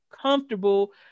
comfortable